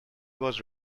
was